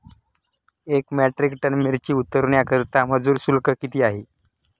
एक metric ton मिरची उतरवण्याकरता मजूर शुल्क किती आहे?